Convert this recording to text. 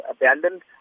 abandoned